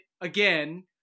again